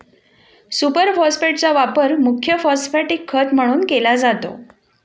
super फॉस्फेटचा वापर मुख्य फॉस्फॅटिक खत म्हणून केला जातो